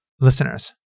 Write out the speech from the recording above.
Listeners